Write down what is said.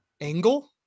angle